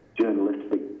journalistic